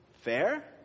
fair